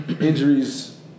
injuries